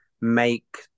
make